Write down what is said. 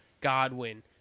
Godwin